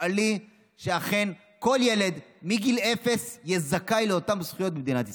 תפעלי שאכן כל ילד מגיל אפס יהיה זכאי לאותן הזכויות במדינת ישראל.